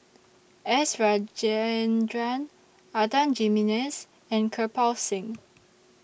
S Rajendran Adan Jimenez and Kirpal Singh